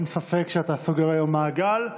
אין ספק שאתה סוגר היום מעגל.